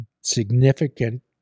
significant